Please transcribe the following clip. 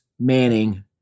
Manning